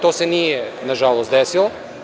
To se nije nažalost desilo.